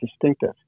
distinctive